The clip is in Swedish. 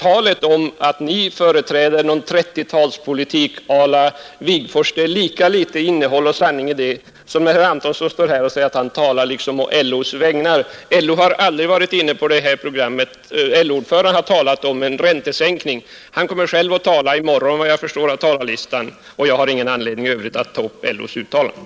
Talet om att ni företräder någon trettiotalspolitik å la Wigforss är det lika litet innehåll och sanning i som i herr Antonssons uttalande här nyss att han också handlar på LO:s vägnar. LO har aldrig varit inne på det här programmet. LO-ordföranden har talat om en räntesänkning. Han kommer emellertid själv att hålla ett anförande i morgon, såvitt jag kan förstå av talarlistan, och jag har ingen anledning att nu gå närmare in på LO:s uttalanden.